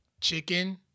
Chicken